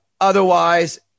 Otherwise